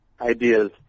ideas